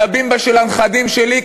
על ה"בימבה" של הנכדים שלי,